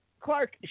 Clark